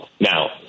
Now